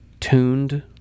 Tuned